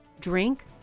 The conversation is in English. drink